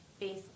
Facebook